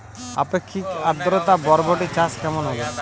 আপেক্ষিক আদ্রতা বরবটি চাষ কেমন হবে?